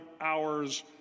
hours